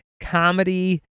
comedy